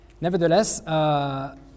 Nevertheless